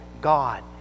God